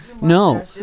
No